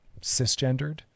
cisgendered